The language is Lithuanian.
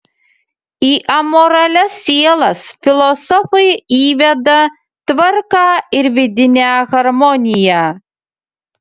į amoralias sielas filosofai įveda tvarką ir vidinę harmoniją